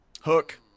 Hook